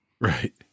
Right